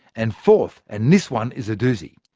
and fourth, and this one is a doozy,